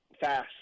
Fast